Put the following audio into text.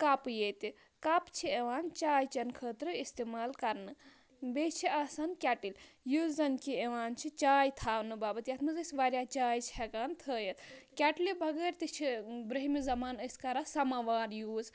cup ییٚتہِ cup چھِ یِوان چاے چٮ۪نہٕ خٲطرٕ اِستعمال کَرنہٕ بیٚیہِ چھِ آسان کیٚٹٕلۍ یُس زَن کہِ یِوان چھِ چاے تھاونہٕ باپَتھ یَتھ منٛز أسۍ واریاہ چاے چھِ ہٮ۪کان تھٲیِتھ کیٚٹلہِ بغٲر تہِ چھِ بروہمہِ زَمانہٕ أسۍ کَران سَماوار یوٗز